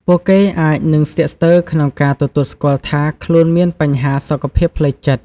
ពួកគេអាចនឹងស្ទាក់ស្ទើរក្នុងការទទួលស្គាល់ថាខ្លួនមានបញ្ហាសុខភាពផ្លូវចិត្ត។